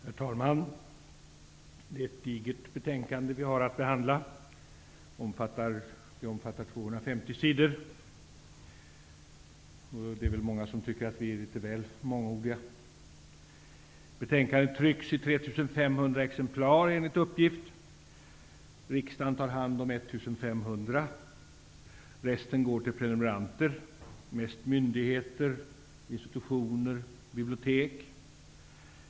Herr talman! Det är ett digert betänkande vi har att behandla. Det omfattar 250 sidor. Det är väl många som tycker att vi är litet väl mångordiga. Riksdagen tar hand om 1 500. Resten går till prenumeranter. Det är mest myndigheter, institutioner och bibliotek.